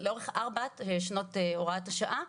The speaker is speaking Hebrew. לאורך ארבעת שנות הוראת השעה,